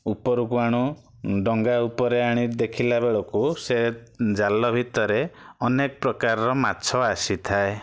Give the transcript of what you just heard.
ଉପରକୁ ଆଣୁ ଡଙ୍ଗା ଉପରେ ଆଣି ଦେଖିଲା ବେଳକୁ ସେ ଜାଲ ଭିତରେ ଅନେକ ପ୍ରକାରର ମାଛ ଆସିଥାଏ